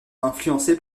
influencé